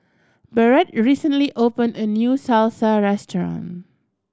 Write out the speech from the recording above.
Barrett recently opened a new Salsa Restaurant